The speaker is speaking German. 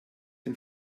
den